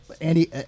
Andy